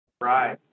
Right